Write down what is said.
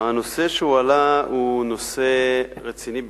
הנושא שהועלה הוא נושא רציני ביותר,